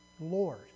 Lord